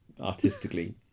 artistically